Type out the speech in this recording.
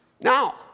Now